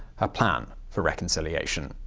her plan for reconciliation.